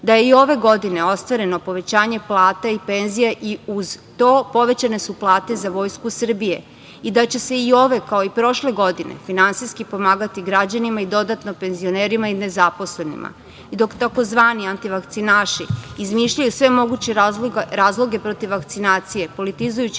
je i ove godine ostvareno povećanje plata i penzija i uz to povećanje su plate za vojsku Srbije i da će se i ove, kao i prošle godine, finansijski pomagati građanima i dodatno penzionerima i nezaposlenima i dok tzv. antivakcinaši izmišljaju sve moguće razloge protiv vakcinacije, politizujući